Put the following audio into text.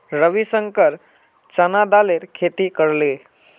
रविशंकर चना दालेर खेती करले